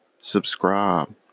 subscribe